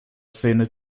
szene